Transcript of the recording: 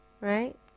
right